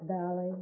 valley